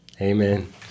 Amen